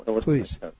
Please